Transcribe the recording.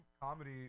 comedy